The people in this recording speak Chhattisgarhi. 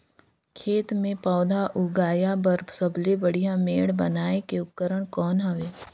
खेत मे पौधा उगाया बर सबले बढ़िया मेड़ बनाय के उपकरण कौन हवे?